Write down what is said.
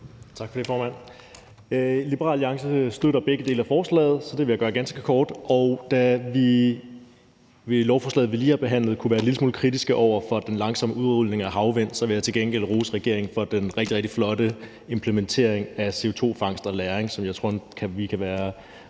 det ganske kort: Liberal Alliance støtter begge dele af forslaget. Og da vi i forbindelse med lovforslaget, vi lige har behandlet, kunne være en lille smule kritiske over for den langsomme udrulning af havvindmøller, vil jeg til gengæld rose regeringen for den rigtig, rigtig flotte implementering af CO2-fangst og -lagring, som jeg tror vi kan være